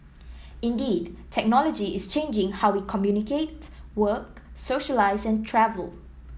indeed technology is changing how we communicate work socialise and travel